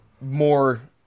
more